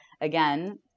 again